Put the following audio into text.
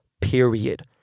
period